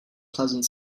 pleasant